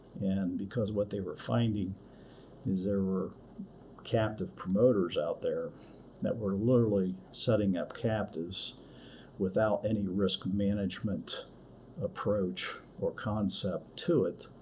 and because of what they were finding is there were captive promoters out there that were literally setting up captives without any risk management approach or concept to it,